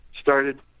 started